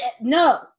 No